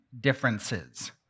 differences